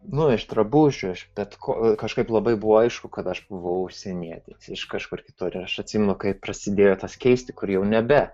nu iš drabužių iš bet ko kažkaip labai buvo aišku kad aš buvau užsienietis iš kažkur kitur aš atsimenu kaip prasidėjo tas keisti kur jau nebe